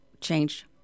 change